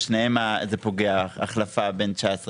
בשתיהן פוגעת ההחלפה בין 2019 ל-2020.